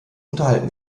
unterhalten